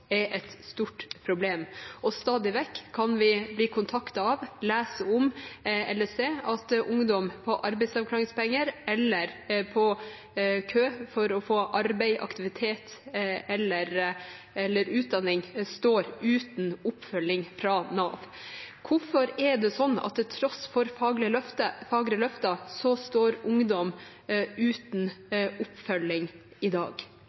er et stort problem. Stadig vekk kan vi bli kontaktet av, lese om eller se at ungdom på arbeidsavklaringspenger eller i kø for å få arbeid, aktivitet eller utdanning står uten oppfølging fra Nav. Hvorfor er det sånn at til tross for fagre løfter står ungdom uten oppfølging i dag?